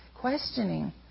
questioning